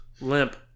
Limp